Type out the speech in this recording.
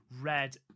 red